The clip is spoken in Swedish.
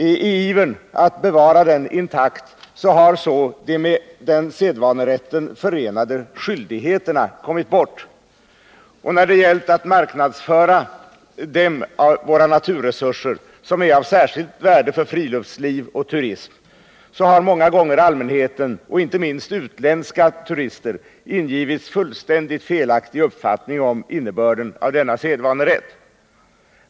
I ivern att bevara den intakt har så de med sedvanerätten förenade skyldigheterna kommit bort, och när det har gällt att marknadsföra de av våra naturresurser som är av särskilt värde för friluftsliv och turism, har många gånger allmänheten och inte minst utländska turister ingivits en fullständigt felaktig uppfattning om innebörden av denna sedvanerätt.